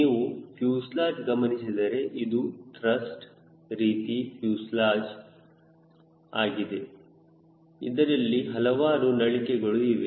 ನೀವು ಫ್ಯೂಸೆಲಾಜ್ ಗಮನಿಸಿದರೆ ಇದು ಟ್ರಸ್ ರೀತಿ ಫ್ಯೂಸೆಲಾಜ್ ಆಗಿದೆ ಅದರಲ್ಲಿ ಹಲವಾರು ನಳಿಕೆಗಳು ಇವೆ